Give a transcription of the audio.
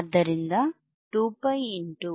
ಆದ್ದರಿಂದ 2π 200 0